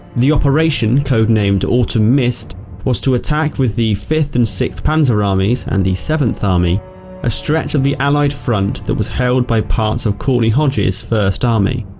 the operation, code-named autumn mist was to attack with the fifth and sixth panzer armies and the seventh army a stretch of the allied front that was held by parts of courtney hodges' first army.